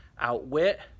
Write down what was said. outwit